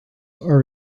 are